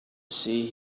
see